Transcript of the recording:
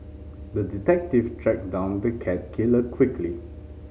the detective tracked down the cat killer quickly